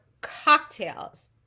cocktails